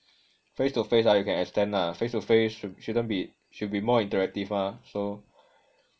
face to face ah you can extend lah face to face should shouldn't be should be more interactive mah so